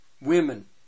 Women